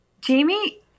Jamie